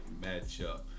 matchup